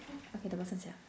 okay the person's here